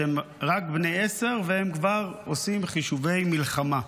שהם רק בני עשר והם כבר עושים חישובי מלחמה,